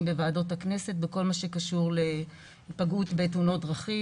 בוועדות הכנסת בכל מה שקשור לנפגעים בתאונות דרכים,